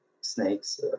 snakes